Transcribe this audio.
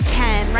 ten